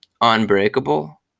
unbreakable